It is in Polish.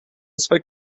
swe